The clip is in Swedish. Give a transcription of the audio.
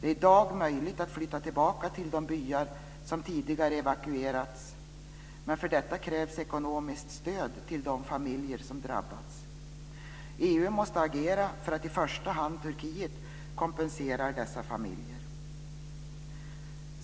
Det är i dag möjligt att flytta tillbaka till de byar som tidigare evakuerats, men för detta krävs ekonomiskt stöd till de familjer som drabbats.